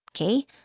okay